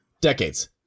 decades